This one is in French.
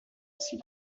aussi